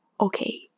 okay